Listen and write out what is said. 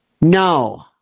No